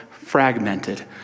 fragmented